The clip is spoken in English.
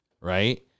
right